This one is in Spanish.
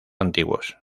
antiguos